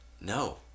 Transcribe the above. No